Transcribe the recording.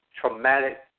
traumatic